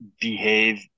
behave